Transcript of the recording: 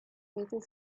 better